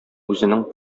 үзенең